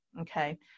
okay